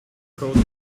code